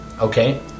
Okay